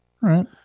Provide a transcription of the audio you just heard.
right